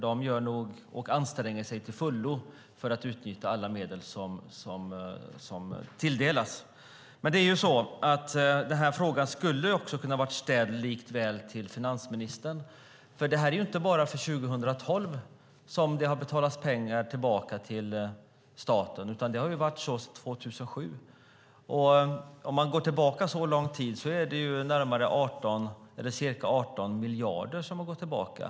Den anstränger sig nog till fullo för att utnyttja alla medel som tilldelas. Frågan skulle likväl kunna ha varit ställd till finansministern. Det är inte bara för 2012 som det har betalats tillbaka pengar till staten. Det har varit så sedan 2007. Om man går tillbaka så lång tid är det ca 18 miljarder som har gått tillbaka.